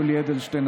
יולי אדלשטיין,